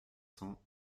cents